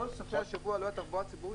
בכל סופי השבוע לא הייתה תחבורה ציבורית.